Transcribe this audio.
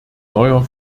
neuer